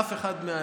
אף אחד,